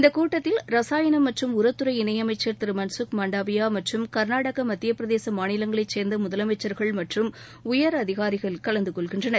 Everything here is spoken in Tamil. இந்தக் கூட்டத்தில் ரசாயனம் மற்றும் உரத்துறை இணையமைச்சர் மன்சுக் மாண்டவியா மற்றும் கள்நாடக மத்தியப்பிரதேச மாநிலங்களைச் சேர்ந்த முதலமைச்சர்கள் மற்றும் உயர் அதிகாரிகள் கலந்துகொள்ள இருக்கிறார்கள்